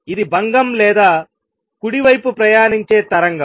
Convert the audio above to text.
ఇది భంగం లేదా కుడి వైపు ప్రయాణించే తరంగం